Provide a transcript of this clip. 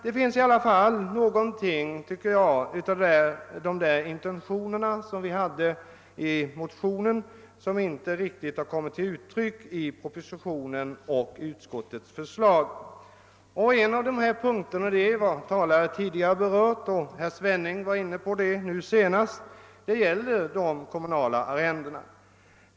Men en del av våra intentioner har inte riktigt infriats genom departementschefens och utskottets förslag. En av dessa punkter — detta har tidigare talare berört; senast var herr Svenning inne på det — gäller de kommunala arrendena.